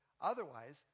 Otherwise